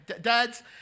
Dads